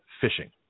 fishing